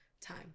time